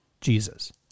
Jesus